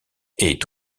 est